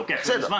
זה לוקח זמן.